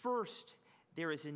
first there is a